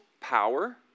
power